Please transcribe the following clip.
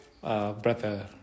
Brother